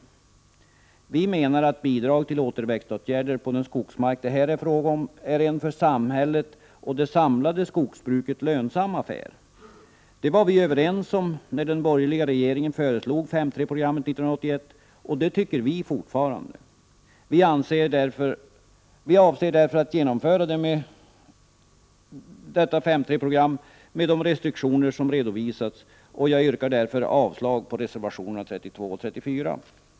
Utskottet menar att bidrag till åtgärder, som syftar till återväxt på den skogsmark det här är fråga om, är en för samhället och det samlade skogsbruket lönsam affär. Det var vi överens om när den borgerliga regeringen föreslog 5:3-programmet 1981, och det anser vi fortfarande. Vi avser därför att genomföra 5:3-programmet med de restriktioner som redovisats. Jag yrkar därför avslag på reservationerna 32 och 34.